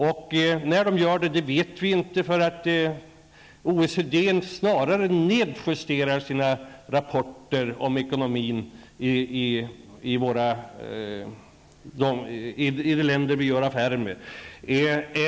OECD har snarast nedjusterat än förbättrat prognosen i sina rapporter om ekonomin i de länder vi gör affärer med.